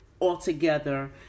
altogether